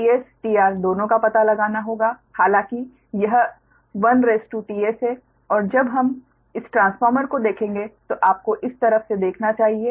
तो आपको tS tR दोनों का पता लगाना होगा हालांकि यह 1 tS है और जब हम इस ट्रांसफार्मर को देखेंगे तो आपको इस तरफ से देखना चाहिए